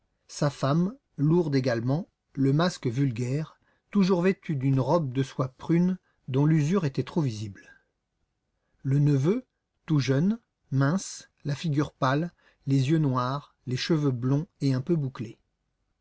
sa femme lourde également le masque vulgaire toujours vêtue d'une robe de soie prune dont l'usure était trop visible le neveu tout jeune mince la figure pâle les yeux noirs les cheveux blonds et un peu bouclés